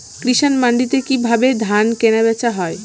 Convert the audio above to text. কৃষান মান্ডিতে কি ভাবে ধান কেনাবেচা হয়?